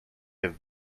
have